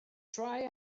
try